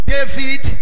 David